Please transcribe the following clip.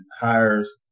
hires